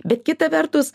bet kita vertus